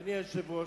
אדוני היושב-ראש,